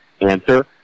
Answer